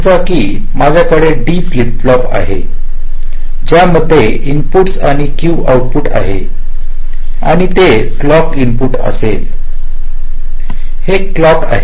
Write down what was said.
समजू की माझ्याकडे D फ्लिप फ्लॉप आहे ज्यामध्ये इनपुटस आणि Q आउट पुट आहे आणि ते क्लॉक इनपुट असेल हे क्लॉकआहे